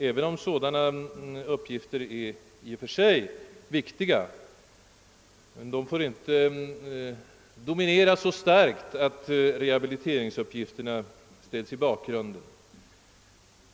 även om sådana uppgifter i och för sig är viktiga, får de inte dominera så starkt, att rehabiliteringsuppgifterna ställes i bakgrunden.